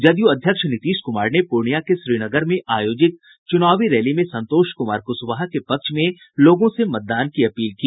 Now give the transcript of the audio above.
जदयू अध्यक्ष नीतीश कुमार ने पूर्णिया के श्रीनगर में आयोजित चुनावी रैली में संतोष कुमार कुशवाहा के पक्ष में लोगों से मतदान की अपील की